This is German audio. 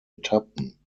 etappen